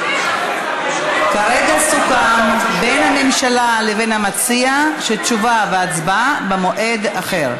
כרגע סוכם בין הממשלה לבין המציע שתשובה והצבעה במועד אחר.